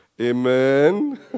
Amen